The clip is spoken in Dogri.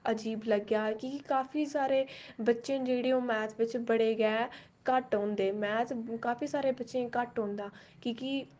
आजीब लग्गेआ कि काफी सारे बच्चे ना जेहड़े ओह् मैथ बिच बड़े गै घट्ट होंदे मैथ काफी सारे बच्चें गी घट्ट औंदा कि के